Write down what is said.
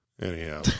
Anyhow